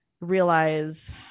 realize